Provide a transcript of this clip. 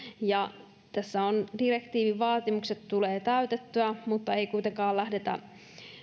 ja tässä direktiivin vaatimukset tulee täytettyä mutta ei kuitenkaan lähdetä